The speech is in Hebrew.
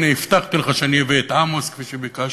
הנה, הבטחתי לך שאני אביא את עמוס, כפי שביקשת.